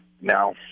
now